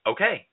Okay